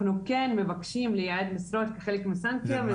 אנחנו כן מבקשים לייעד משרות כחלק מסנקציה.